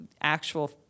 actual